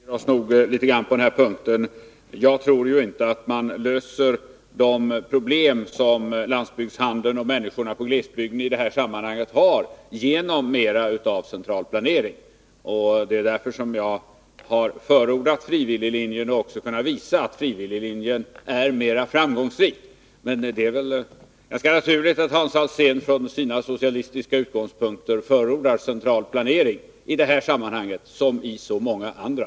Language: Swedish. Herr talman! Vi skiljer oss nog litet grand på denna punkt. Jag tror inte att man löser de problem som landsbygdshandeln och människorna i glesbygden har i det här sammanhanget genom mera av central planering. Det är därför jag har förordat frivilliglinjen och också kunnat visa att frivilliglinjen är mera framgångsrik. Men det är väl ganska naturligt att Hans Alsén från sina socialistiska utgångspunkter förordar central planering —i det här sammanhanget som i så många andra.